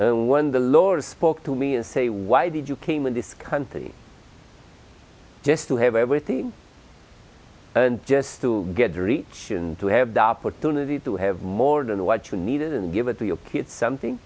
when the lord spoke to me and say why did you came in this country just to have everything just to get to reach and to have the opportunity to have more than what you needed and give it to your kids something